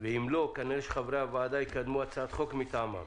ואם לא, כנראה שחברי הוועדה יקדמו הצעת חוק מטעמם.